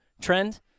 trend